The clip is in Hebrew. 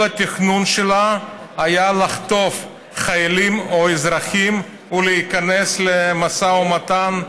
התכנון שלה היה לחטוף חיילים או אזרחים ולהיכנס למשא ומתן,